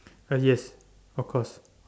uh yes of course